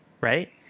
right